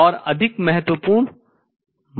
और अधिक महत्वपूर्ण multiplication गुणन है